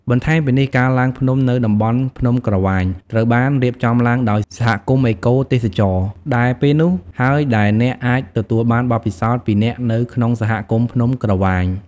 បន្ថែមពីនេះការឡើងភ្នំនៅតំបន់ភ្នំក្រវាញត្រូវបានរៀបចំឡើងដោយសហគមន៍អេកូទេសចរ ដែលពេលនោះហើយដែលអ្នកអាចទទួលបានបទពិសោធន៍ពីអ្នកនៅក្នុងសហគមន៍ភ្នំក្រវាញ។